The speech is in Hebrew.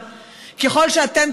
שקשור בירי ובנשק החם?